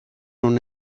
una